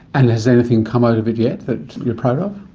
and has anything come out of it yet that you're proud of?